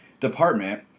Department